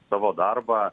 savo darbą